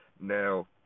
Now